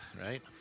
Right